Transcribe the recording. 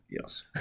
Yes